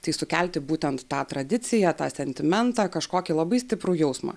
tai sukelti būtent tą tradiciją tą sentimentą kažkokį labai stiprų jausmą